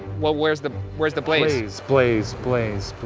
well where's the, where's the blaze? blaze, blaze,